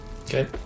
Okay